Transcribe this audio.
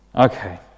Okay